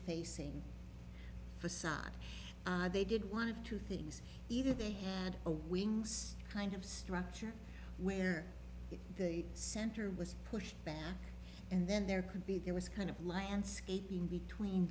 side they did one of two things either they had a wings kind of structure where the center was pushed back and then there could be there was kind of landscaping between